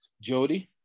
Jody